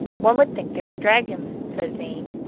one would think they were dragons, said vane.